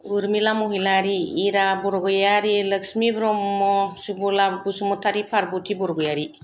उरमिला महिलारि इरा बरगयारि लक्ष्मी ब्रह्म सुबला बसुमतारी पारबथि बरगयारि